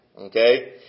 okay